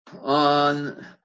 on